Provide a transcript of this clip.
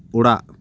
ᱚᱲᱟᱜ